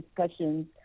discussions